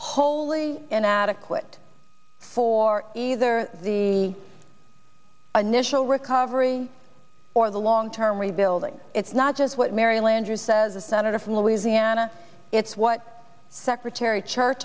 wholly inadequate for either the initial recovery or the long term rebuilding it's not just what mary landrieu says a senator from louisiana it's what secretary ch